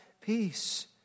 peace